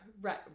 Right